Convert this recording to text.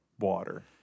water